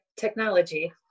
technology